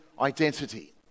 identity